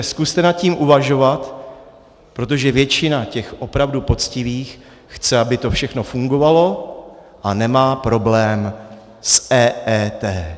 Zkuste nad tím uvažovat, protože většina těch opravdu poctivých chce, aby to všechno fungovalo, a nemá problém s EET.